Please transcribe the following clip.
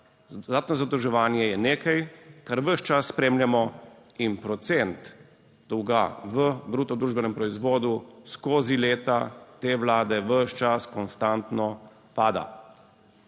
Dodatno zadolževanje je nekaj kar ves čas spremljamo in procent dolga v bruto družbenem proizvodu skozi leta te Vlade ves čas konstantno pada.